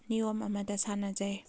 ꯅꯤꯌꯣꯝ ꯑꯃꯗ ꯁꯥꯟꯅꯖꯩ